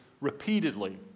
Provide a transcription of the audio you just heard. repeatedly